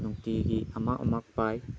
ꯅꯨꯡꯇꯤꯒꯤ ꯑꯃꯨꯛ ꯑꯃꯨꯛ ꯄꯥꯏ